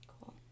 Cool